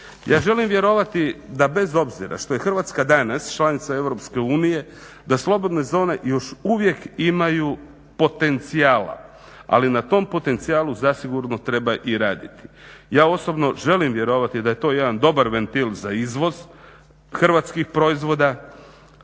Ja želim vjerovati da bez obzira što je Hrvatska danas članica EU da slobodne zone još uvijek imaju potencijala, ali na tom potencijalu zasigurno treba i raditi. Ja osobno želim vjerovati da je to jedan dobar ventil za izvoz hrvatskih proizvoda.